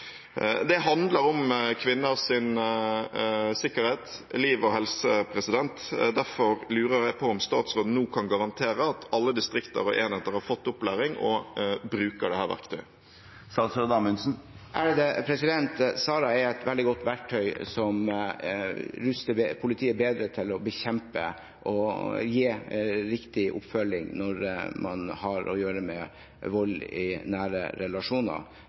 Det handler om kvinners sikkerhet, liv og helse, og derfor lurer jeg på: Kan statsråden nå kan garantere at alle distrikter og enheter har fått opplæring og bruker dette verktøyet? SARA er et veldig godt verktøy som gjør politiet bedre rustet til å bekjempe og gi riktig oppfølging når man har å gjøre med vold i nære relasjoner.